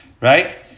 right